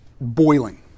boiling